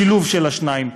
שילוב של השניים.